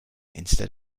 instead